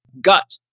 gut